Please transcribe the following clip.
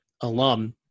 alum